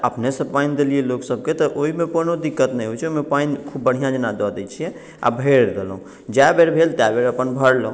अपने से पानि देलिए लोक सबके तऽ ओहि मे कोनो दिक्कत नहि होइ छै ओहिमे पानि खूब बढ़िऑं जेना दऽ दै छियै आ भरि देलहुॅं जए बेर भेल तए बेर अपन भारलहुॅं